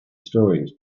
stories